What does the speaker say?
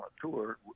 tour